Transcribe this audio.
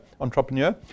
entrepreneur